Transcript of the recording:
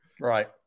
Right